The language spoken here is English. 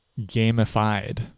gamified